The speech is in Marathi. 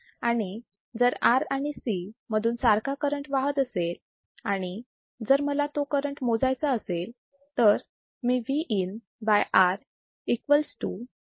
आणि जर R आणि C मधून सारखा करंट वाहत असेल आणि जर मला तो करंट मोजायचा असेल तर मी Vin by R equals to Iin असे लिहू शकते